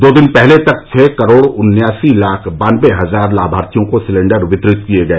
दो दिन पहले तक छह करोड़ उन्यासी लाख बानबे हजार लाभार्थियों को सिलेंडर वितरित किए गए